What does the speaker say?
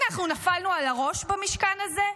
אנחנו נפלנו על הראש במשכן הזה?